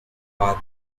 bark